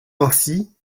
ainsi